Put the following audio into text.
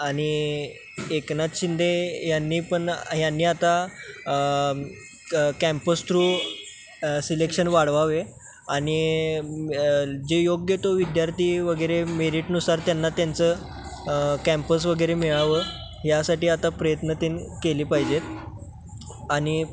आणि एकनाथ शिंदे यांनी पण यांनी आता क कॅम्पस थ्रू सिलेक्शन वाढवावे आणि जे योग्य तो विद्यार्थी वगैरे मेरीटनुसार त्यांना त्यांचं कॅम्पस वगैरे मिळावं यासाठी आता प्रयत्नतीन केली पाहिजेत आणि